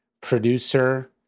producer